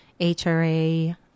HRA